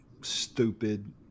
stupid